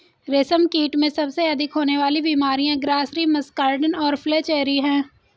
रेशमकीट में सबसे अधिक होने वाली बीमारियां ग्रासरी, मस्कार्डिन और फ्लैचेरी हैं